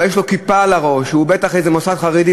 יש לו כיפה על הראש והוא בטח מוסד חרדי,